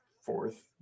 fourth